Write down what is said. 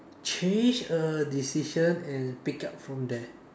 change a decision and pick up from there